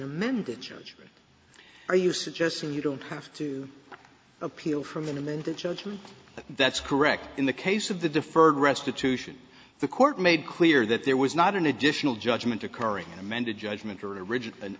they're meant to charge are you suggesting you don't have to appeal from an amended judgment that's correct in the case of the deferred restitution the court made clear that there was not an additional judgment occurring in amended judgment original an